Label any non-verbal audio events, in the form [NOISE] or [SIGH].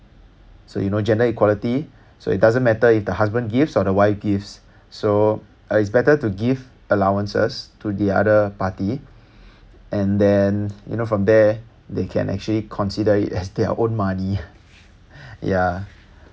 so you know gender equality so it doesn't matter if the husband gives or the wife gives so it's better to give allowances to the other party and then you know from there they can actually consider it as [LAUGHS] their own money ya